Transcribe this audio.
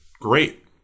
great